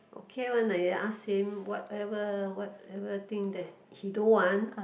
okay one lah you ask him whatever whatever thing that he don't want